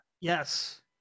yes